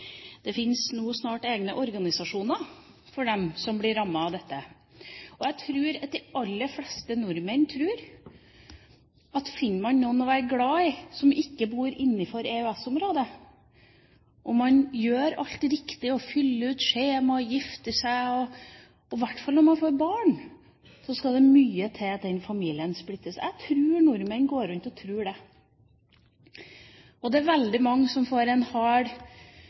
Det fins nå snart egne organisasjoner for dem som blir rammet av dette. Jeg tror at de aller fleste nordmenn tror at finner man noen å være glad i som ikke bor innenfor EØS-området, og man gjør alt riktig og fyller ut skjema og gifter seg, skal det, i hvert fall når man får barn, mye til at den familien splittes. Jeg tror nordmenn går rundt og tror det. Det er veldig mange som får en hard